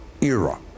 era